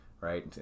Right